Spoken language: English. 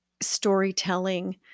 storytelling